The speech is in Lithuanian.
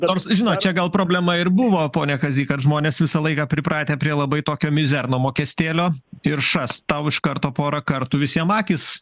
nors žinot čia gal problema ir buvo pone kazy kad žmonės visą laiką pripratę prie labai tokio mizerno mokestėlio ir šast tau iš karto pora kartų visiems akys